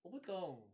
我不懂